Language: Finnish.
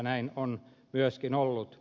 näin on myöskin ollut